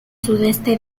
sudeste